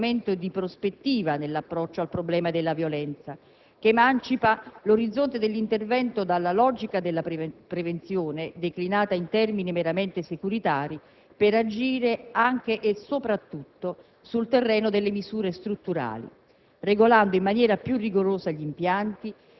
In questo senso, è importante rilevare un mutamento di prospettiva nell'approccio al problema della violenza, che emancipa l'orizzonte dell'intervento dalla logica della prevenzione declinata in termini meramente securitari per agire anche e soprattutto sul terreno delle misure strutturali,